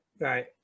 right